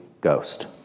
Ghost